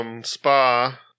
spa